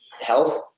Health